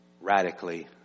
radically